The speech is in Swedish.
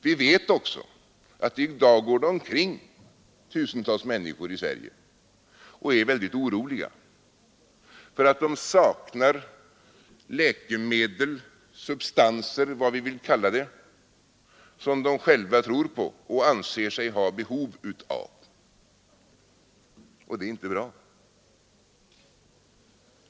Vi vet också att tusentals människor i dag går omkring i Sverige och är väldigt oroliga för att de saknar läkemedel, substanser eller vad vi vill kalla det, som de själva tror på och anser sig ha behov av. Den oron är inte bra.